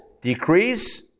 decrease